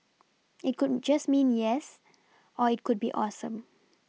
it could just mean yes or it could be awesome